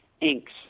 inks